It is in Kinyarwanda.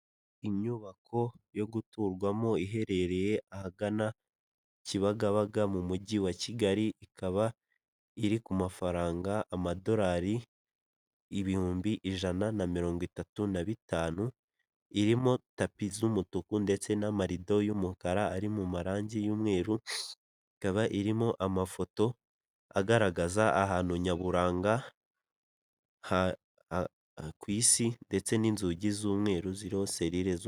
Inyubako yo guturwamo iherereye ahagana kibagabaga mu mujyi wa kigali ikaba iri ku mafaranga amadolari ibihumbi ijana na mirongo itatu na bitanu irimo tapi z'umutuku ndetse n'amarido y'umukara ari mu marangi y'umweru ikaba irimo amafoto agaragaza ahantu nyaburanga ku isi ndetse n'inzugi z'umweru ziro selire .